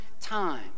time